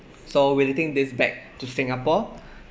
so we'll think this back to singapore